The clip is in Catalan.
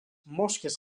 mosques